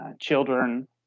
children